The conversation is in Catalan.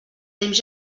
temps